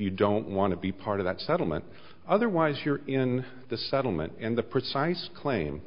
you don't want to be part of that settlement otherwise you're in the settlement and the precise claim